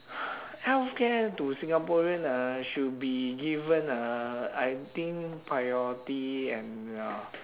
healthcare to singaporean ah should be given ah I think priority and ya